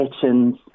kitchens